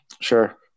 Sure